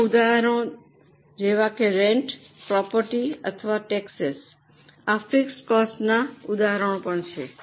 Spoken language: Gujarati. અન્ય ઉદાહરણો રેન્ટ પ્રોપર્ટી અથવા ટેક્સસ આ ફિક્સડ કોસ્ટનાં ઉદાહરણો પણ છે